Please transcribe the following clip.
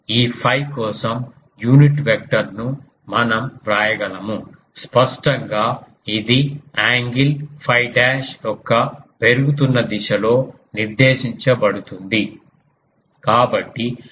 ఈ 𝛟 కోసం unit vector ను మనం వ్రాయగలము స్పష్టంగా ఇది యాంగిల్ 𝛟 డాష్ యొక్క పెరుగుతున్న దిశలో నిర్దేశించబడుతుంది